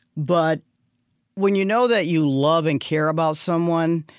but when you know that you love and care about someone,